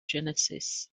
genesis